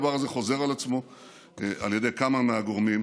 הדבר הזה חוזר על עצמו על ידי כמה מהגורמים,